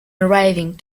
arriving